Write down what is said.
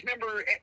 remember